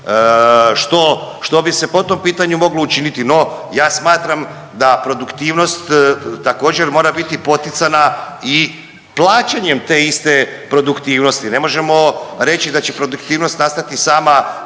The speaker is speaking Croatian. što bi se po tom pitanju moglo učiniti. No, ja smatram da produktivnost također mora biti poticana i plaćanjem te iste produktivnosti. Ne možemo reći da će produktivnost nastati sama